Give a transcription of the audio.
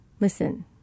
listen